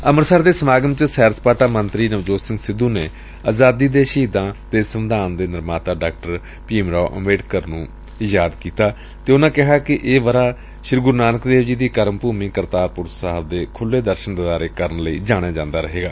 ਅੰਮ੍ਤਿਤਸਰ ਦੇ ਸਮਾਗਮ ਚ ਸੈਰ ਸਪਾਟਾ ਮੰਤਰੀ ਨਵਜੋਤ ਸਿੰਘ ਸਿੱਧੂ ਨੇ ਅਜ਼ਾਦੀ ਦੇ ਸ਼ਹੀਦਾਂ ਤੇ ਸੰਵਿਧਾਨ ਨਿਰਮਾਤਾ ਡਾ ਭੀਮ ਰਾਓ ਅੰਬੇਦਕਰ ਨੂੰ ਯਾਦ ਕਰਦਿਆਂ ਕਿਹਾ ਕਿ ਇਹ ਵਰ੍ਹਾ ਸ੍ਰੀ ਗੁਰੂ ਨਾਨਕ ਦੇਵ ਜੀ ਦੀ ਕਰਮ ਭੂਮੀ ਕਰਤਾਰਪੁਰ ਸਾਹਿਬ ਦੇ ਖੁੱਲੇ ਦਰਸ਼ਨ ਦੀਦਾਰੇ ਕਰਨ ਲਈ ਜਾਣਿਆ ਜਾਂਦਾ ਰਹੇਗਾ